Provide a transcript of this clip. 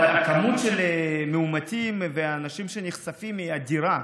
אבל הכמות של המאומתים והאנשים שנחשפים היא אדירה.